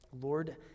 Lord